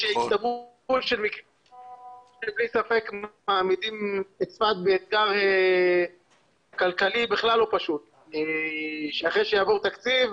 ללא ספק מעמידים את צפת באתגר כלכלי בכלל לא פשוט אחרי שיעבור התקציב,